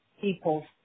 people